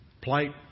plight